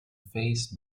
face